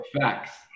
Facts